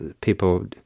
people